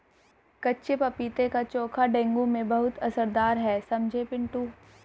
कच्चे पपीते का चोखा डेंगू में बहुत असरदार है समझे पिंटू